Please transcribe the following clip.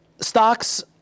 Stocks